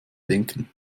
denken